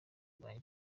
kurwanya